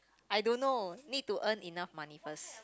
I don't know need to earn enough money first